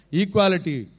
equality